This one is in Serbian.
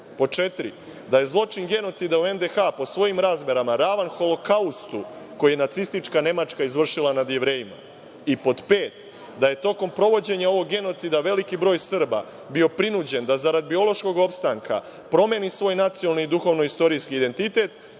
dece;4) da je zločin genocida u NDH po svojim razmerama ravan Holokaustu koji je Nacistička Nemačka izvršila nad Jevrejima i5) da je tokom provođenja ovog genocida veliki broj Srba bio prinuđen da zarad biološkog opstanka promeni svoj nacionalni i duhovno-istorijski identitet